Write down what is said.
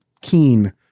keen